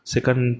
Second